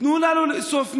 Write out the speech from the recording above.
תנו לנו לאסוף נשק,